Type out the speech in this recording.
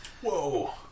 Whoa